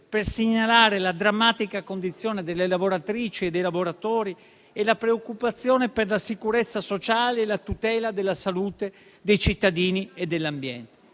per segnalare la drammatica condizione delle lavoratrici e dei lavoratori e la preoccupazione per la sicurezza sociale e la tutela della salute dei cittadini e dell'ambiente.